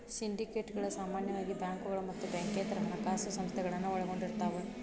ಸಿಂಡಿಕೇಟ್ಗಳ ಸಾಮಾನ್ಯವಾಗಿ ಬ್ಯಾಂಕುಗಳ ಮತ್ತ ಬ್ಯಾಂಕೇತರ ಹಣಕಾಸ ಸಂಸ್ಥೆಗಳನ್ನ ಒಳಗೊಂಡಿರ್ತವ